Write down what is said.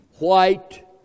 White